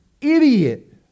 idiot